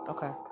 Okay